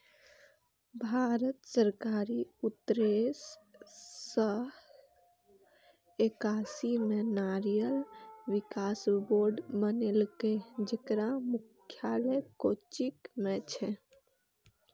भारत सरकार उन्नेस सय एकासी मे नारियल विकास बोर्ड बनेलकै, जेकर मुख्यालय कोच्चि मे छै